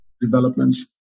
developments